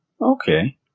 Okay